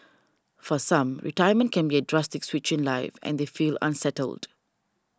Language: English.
for some retirement can be a drastic switch in life and they feel unsettled